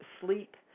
sleep